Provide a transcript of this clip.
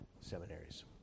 seminaries